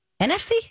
NFC